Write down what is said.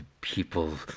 people